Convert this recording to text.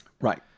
Right